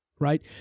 Right